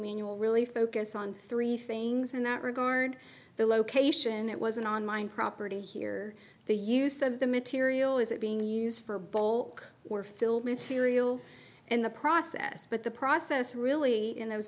manual really focus on three things in that regard the location it wasn't on mine property here the use of the material is it being used for bowl or filled material and the process but the process really in those